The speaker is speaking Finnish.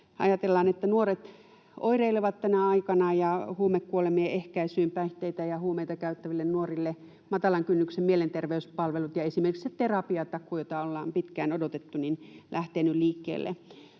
Ajatellaan, että nuoret oireilevat tänä aikana ja huumekuolemien ehkäisyyn päihteitä ja huumeita käyttäville nuorille matalan kynnyksen mielenterveyspalvelut ja esimerkiksi terapiatakuu, jota ollaan pitkään odotettu, ovat lähteneet liikkeelle.